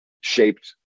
shaped